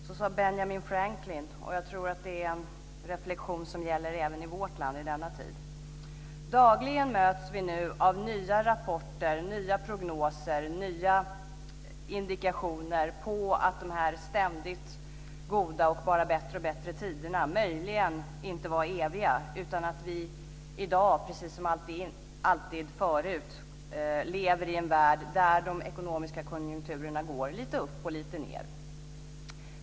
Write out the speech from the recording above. Så sade Benjamin Franklin, och jag tror att det är en reflexion som gäller även i vårt land i denna tid. Dagligen möts vi av nya rapporter, nya prognoser och nya indikationer på att dessa ständigt goda och bara bättre och bättre tider möjligen inte var eviga utan att vi i dag precis som alltid tidigare lever i en värld där de ekonomiska konjunkturerna går lite upp och lite ned.